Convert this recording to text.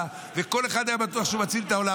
וכל אחד היה בטוח שהוא מציל את העולם,